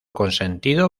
consentido